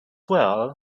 well